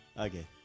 Okay